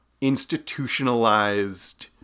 institutionalized